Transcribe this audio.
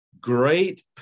Great